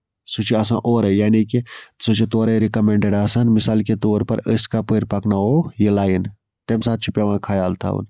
سُہ چھُ آسان اورَے یعنے کہِ سُہ چھُ تورَے رِکَمَنڈٕڈ آسان مِثال کہِ طور پَر أسۍ کَپٲرۍ پَکناوو یہِ لایِن تَمہِ ساتہٕ چھُ پیوان خیال تھاوُن